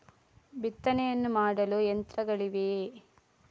ಬಿತ್ತನೆಯನ್ನು ಮಾಡಲು ಯಂತ್ರಗಳಿವೆಯೇ?